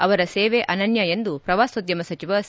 ಅವರ ಸೇವೆ ಅನನ್ಯ ಎಂದು ಪ್ರವಾಸೋದ್ಯಮ ಸಚಿವ ಸಿ